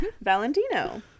valentino